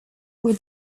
were